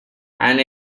and